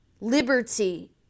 liberty